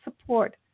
support